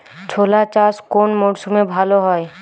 ছোলা চাষ কোন মরশুমে ভালো হয়?